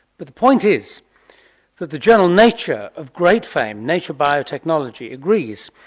but the point is that the journal nature of great fame, nature biotechnology agrees.